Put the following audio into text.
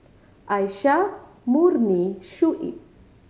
Aisyah Murni and Shuib